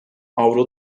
avro